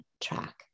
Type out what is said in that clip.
track